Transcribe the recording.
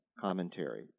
commentary